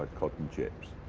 ah cod and chips.